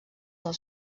del